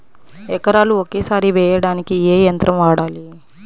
ఎకరాలు ఒకేసారి వేయడానికి ఏ యంత్రం వాడాలి?